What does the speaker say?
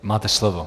Máte slovo.